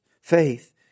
Faith